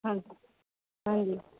ਹਾਂਜੀ ਹਾਂਜੀ